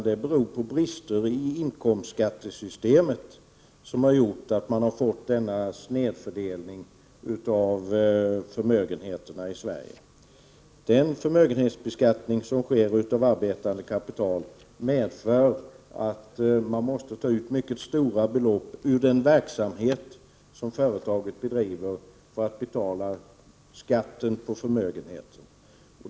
Det beror på brister i inkomstskattesystemet, som har gjort att man har fått denna snedfördelning av förmögenheterna i Sverige. Den förmögenhetsbeskattning som sker av arbetande kapital medför att man måste ta ut mycket stora belopp ur den verksamhet som företaget bedriver för att man skall kunna betala skatten på förmögenheten.